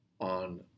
on